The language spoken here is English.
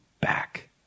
back